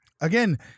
Again